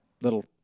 little